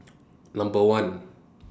Number one